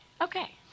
Okay